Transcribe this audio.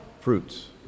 fruits